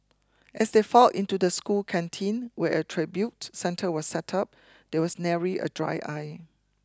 as they filed into the school canteen where a tribute centre was set up there was nary a dry eye